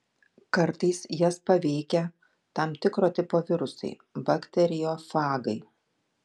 kartais jas paveikia tam tikro tipo virusai bakteriofagai